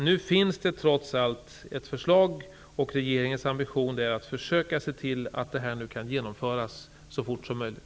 Det finns nu ett förslag och regeringens ambition är att försöka se till att detta kan genomföras så fort som möjligt.